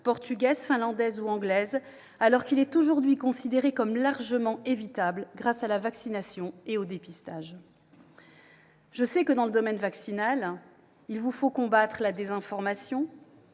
portugaises, finlandaises ou anglaises, alors qu'il est aujourd'hui considéré comme largement évitable grâce à la vaccination et au dépistage. Je le sais, dans le domaine vaccinal, il vous faut combattre la désinformation,